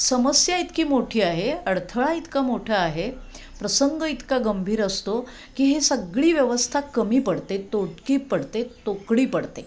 समस्या इतकी मोठी आहे अडथळा इतका मोठा आहे प्रसंग इतका गंभीर असतो की हे सगळी व्यवस्था कमी पडते तोटकी पडते तोकडी पडते